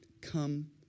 Come